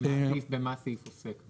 במה הסעיף עוסק?